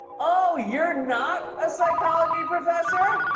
oh, you're not a psychology professor?